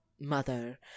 mother